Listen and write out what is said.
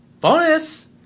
Bonus